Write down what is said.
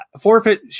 forfeit